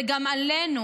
זה גם עלינו.